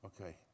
Okay